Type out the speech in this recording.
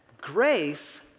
Grace